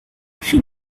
she